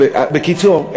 בקיצור,